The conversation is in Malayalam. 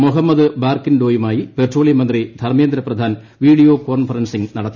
മൊഹമ്മദ് ബാർകിൻഡോയുമായി പെട്രോളിയം മന്ത്രി ധർമേന്ദ്ര പ്രധാൻ വീഡിയോ കോൺഫറൻസിംഗ് നടത്തി